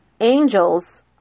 Angels